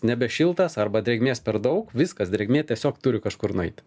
nebešiltas arba drėgmės per daug viskas drėgmė tiesiog turi kažkur nueiti